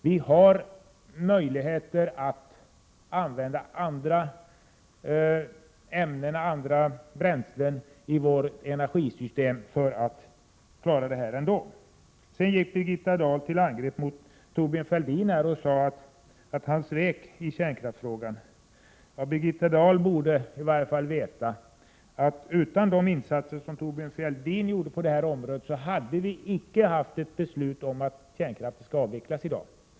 Vi har möjligheter att använda andra bränslen i vårt energisystem för att klara oss ändå. Birgitta Dahl gick till angrepp mot Thorbjörn Fälldin och sade att han svek i kärnkraftsfrågan. Men Birgitta Dahl borde veta att vi utan Thorbjörn Fälldins insatser på detta område i dag icke hade haft ett beslut om kärnkraftens avveckling.